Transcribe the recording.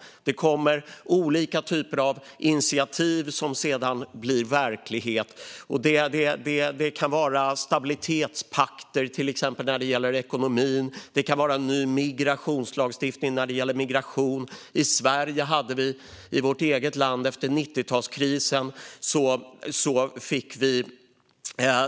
Och det kommer olika typer av initiativ som sedan blir verklighet. Det kan vara stabilitetspakter till exempel när det gäller ekonomin, och det kan vara en ny migrationslagstiftning när det gäller migration. I Sverige fick vi efter 90-talskrisen exempelvis